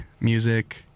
music